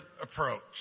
approach